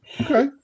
Okay